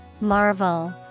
Marvel